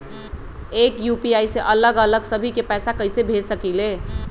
एक यू.पी.आई से अलग अलग सभी के पैसा कईसे भेज सकीले?